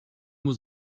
was